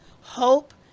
hope